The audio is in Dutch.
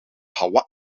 hawaï